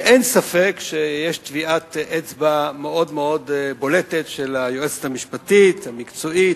אין ספק שיש טביעת אצבע מאוד מאוד בולטת של היועצת המשפטית המקצועית